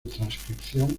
transcripción